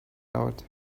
lot